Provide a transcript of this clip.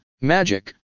magic